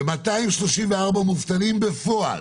ו-234,000 מובטלים בפועל